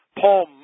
Paul